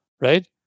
right